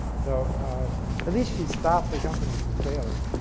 so, at least she stopped the company from failing.